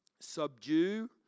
subdue